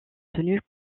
tenus